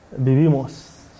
vivimos